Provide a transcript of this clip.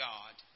God